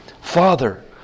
Father